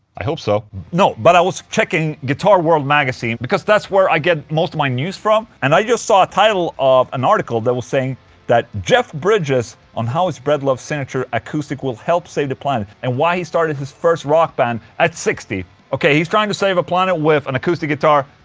i hope so no, but i was checking guitar world magazine because that's where i get most of my news from and i just saw a title of an article that was saying that jeff bridges on how his breedlove signature acoustic will help save the planet and why he started his first rock band at sixty ok, he's trying to save a planet with an acoustic guitar.